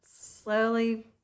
slowly